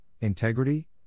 integrity